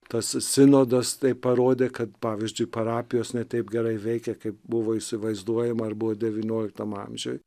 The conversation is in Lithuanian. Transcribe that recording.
tas sinodas tai parodė kad pavyzdžiui parapijos ne taip gerai veikia kaip buvo įsivaizduojama ar buvo devynioliktam amžiuj